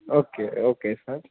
okay okay sir